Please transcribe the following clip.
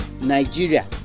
Nigeria